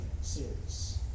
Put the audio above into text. series